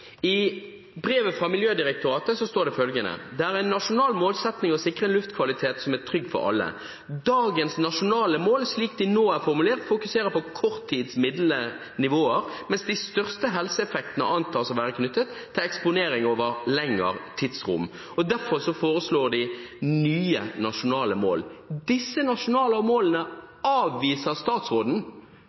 I brevet fra Miljødirektoratet som baserer seg på kunnskap fra 2013, står det følgende: «Det er en nasjonal målsetning å sikre en luftkvalitet som er trygg for alle. Dagens nasjonale mål slik de nå er formulert fokuserer på korttids midlede nivåer, mens de største helseeffektene antas å være knyttet til eksponering over lengre tidsrom.» Derfor foreslår de nye nasjonale mål. Disse nasjonale målene avviser statsråden.